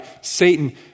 Satan